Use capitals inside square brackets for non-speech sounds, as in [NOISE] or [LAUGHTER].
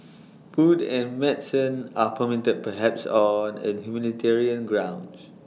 [NOISE] food and medicine are permitted perhaps on humanitarian grounds